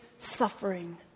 suffering